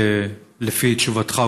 לפי תשובתך,